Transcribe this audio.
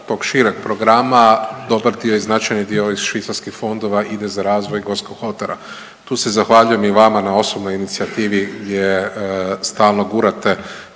tog šireg programa dobar dio i značajni dio iz švicarskih fondova ide za razvoj Gorskog kotara. Tu se zahvaljujem i vama na osobnoj inicijativi gdje stalno gurate